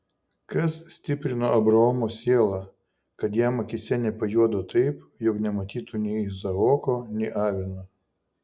kas stiprino abraomo sielą kad jam akyse nepajuodo taip jog nematytų nei izaoko nei avino